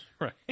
Right